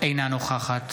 אינה נוכחת